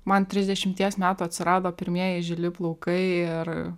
man trisdešimties metų atsirado pirmieji žili plaukai ir